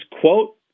quote